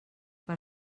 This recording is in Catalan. per